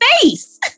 face